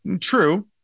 True